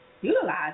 utilize